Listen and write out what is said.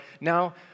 now